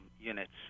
units